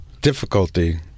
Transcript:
difficulty